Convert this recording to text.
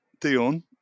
Dion